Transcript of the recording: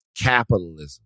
capitalism